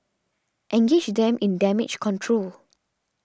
engage them in damage control